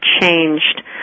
changed